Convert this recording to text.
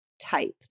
type